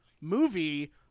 movie